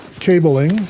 cabling